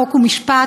חוק ומשפט,